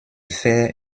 fer